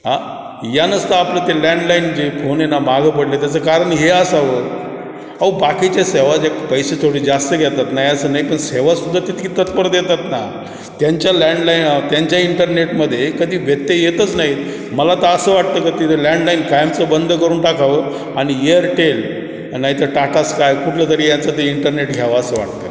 आ यानंच तं आपलं ते लँडलाईन जे फोन आहे ना मागं पडलं आहे त्याचं कारण हे असावं अहो बाकीच्या सेवाचे पैसे थोडे जास्त घेतात नाही असं नाही पण सेवा सुद्धा ते तितकी तत्पर देतात ना त्यांच्या लँडलाईन त्यांच्या इंटरनेटमध्ये कधी व्यत्यय येतच नाही मला तं असं वाटतं का तिथे लँडलाईन कायमचं बंद करून टाकावं आणि एअरटेल नाही तर टाटा स्काय कुठलं तरी यांचं ते इंटरनेट घ्यावं असं वाटतं